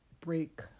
break